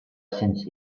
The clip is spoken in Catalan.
sense